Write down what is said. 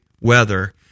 weather